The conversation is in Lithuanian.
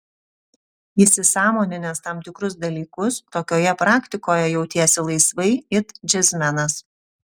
įsisąmoninęs tam tikrus dalykus tokioje praktikoje jautiesi laisvai it džiazmenas